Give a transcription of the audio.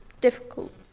difficult